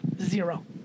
zero